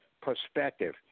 perspective